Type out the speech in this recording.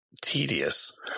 tedious